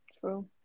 true